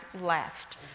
left